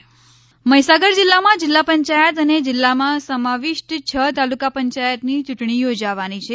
મહિસાગર ચૂંટણી મહીસાગર જિલ્લામાં જિલ્લા પંચાયત અને જિલ્લામાં સમાવિષ્ટ છ તાલુકા પંચાયતની યૂંટણી યોજવાની છે